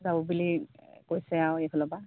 যাব বুলি কৈছে আৰু এইফালৰপৰা